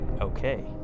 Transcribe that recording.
Okay